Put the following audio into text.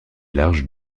large